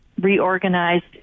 reorganized